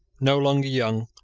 no longer young,